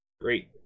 Great